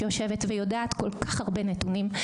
שיושבת איתי כאן ויודעת כל כך הרבה נתונים.